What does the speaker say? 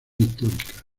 histórica